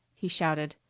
he shouted.